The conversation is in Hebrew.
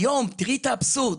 היום, תראי את האבסורד.